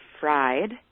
fried